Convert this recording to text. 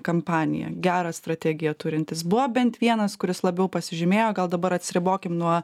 kampaniją gerą strategiją turintis buvo bent vienas kuris labiau pasižymėjo gal dabar atsiribokim nuo